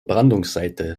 brandungsseite